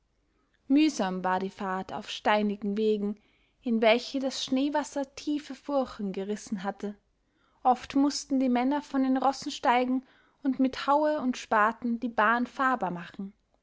mühsam war die fahrt auf steinigen wegen in welche das schneewasser tiefe furchen gerissen hatte oft mußten die männer von den rossen steigen und mit haue und spaten die bahn fahrbar machen